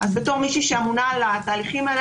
אז בתור מישהי שאמונה על התהליכים האלה